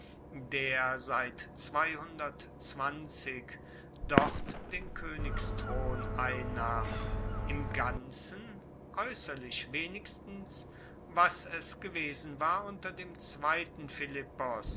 der seit dort den koenigsthron einnahm im ganzen aeusserlich wenigstens was es gewesen war unter dem zweiten philippos